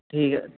ਠੀਕ ਹੈ